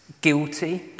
guilty